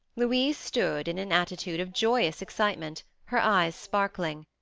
louise stood in an attitude of joyous excitement, her eyes sparkling.